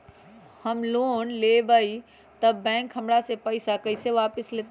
हम लोन लेलेबाई तब बैंक हमरा से पैसा कइसे वापिस लेतई?